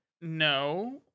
No